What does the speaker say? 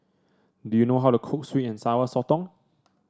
do you know how to cook sweet and Sour Sotong